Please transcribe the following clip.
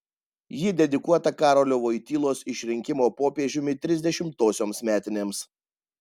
ji dedikuota karolio vojtylos išrinkimo popiežiumi trisdešimtosioms metinėms